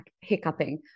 hiccuping